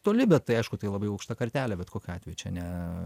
toli bet tai aišku tai labai aukšta kartelė bet kokiu atveju čia ne